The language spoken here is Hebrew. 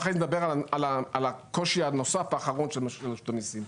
ואחרי זה נדבר על הקושי הנוסף האחרון של רשות המיסים.